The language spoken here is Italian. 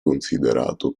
considerato